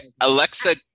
alexa